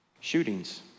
shootings